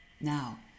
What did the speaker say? Now